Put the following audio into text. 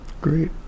great